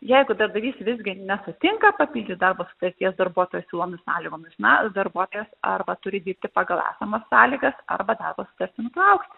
jeigu darbdavys visgi nesutinka papildyt darbo sutarties darbuotojo siūlomomis sąlygomis na darbuotojas arba turi dirbti pagal esamas sąlygas arba darbo sutartį nutraukti